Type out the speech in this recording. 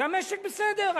והמשק בסדר.